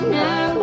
now